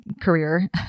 career